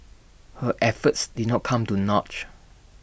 her efforts did not come to